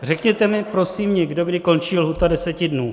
Řekněte mi prosím někdo, kdy končí lhůta deseti dnů.